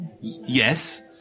Yes